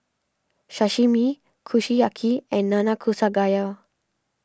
Sashimi Kushiyaki and Nanakusa Gayu